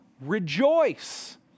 rejoice